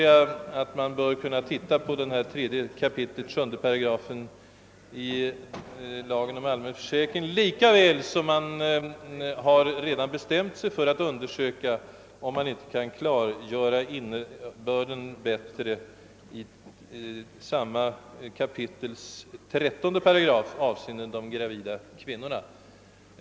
Man bör slutligen kunna se över 3 kap. 7 § lagen om allmän försäkring, lika väl som man redan bestämt sig för att undersöka om inte innebörden av samma kapitels 13 § avseende de gravida kvinnorna bättre kan klargöras.